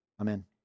Amen